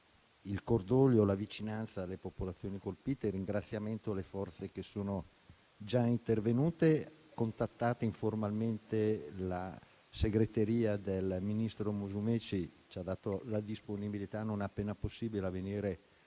il cordoglio e la vicinanza alle popolazioni colpite. Il ringraziamento va anche alle forze che sono già intervenute. Contattata informalmente la segreteria del ministro Musumeci, ci ha dato la disponibilità, non appena possibile, a venire